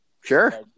Sure